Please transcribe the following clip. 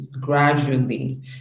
gradually